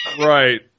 Right